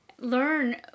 Learn